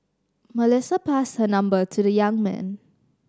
Melissa passed her number to the young man